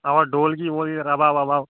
اوا اوا ڈولکی وولکی رَباب وَباب